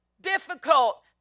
difficult